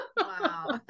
Wow